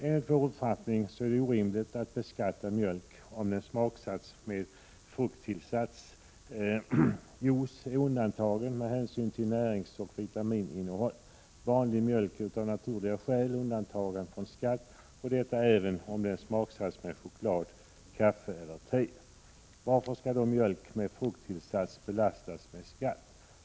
Enligt vår uppfattning är det orimligt att beskatta mjölk, om den smaksatts med frukttillsats. Juice är undantagen från beskattning med hänsyn till näringsoch vitamininnehåll. Vanlig mjölk är av naturliga skäl undantagen från skatt, och detta gäller även om den smaksatts med choklad, kaffe eller te. Varför skall då mjölk med frukttillsats belastas med skatt?